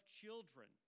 children